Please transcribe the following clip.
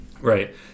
Right